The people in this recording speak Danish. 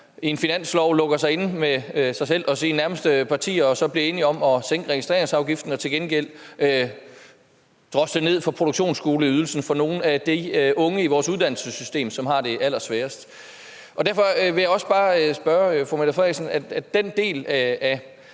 i en finanslov lukker sig inde med sig selv og sine nærmeste partier og så bliver enige om at sænke registreringsafgiften og til gengæld drosler produktionsskoleydelsen ned for nogle af de unge i vores uddannelsessystem, som har det allersværest. Derfor vil jeg også bare spørge fru Mette Frederiksen: En af